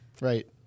Right